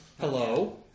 Hello